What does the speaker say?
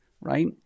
right